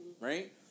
Right